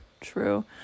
True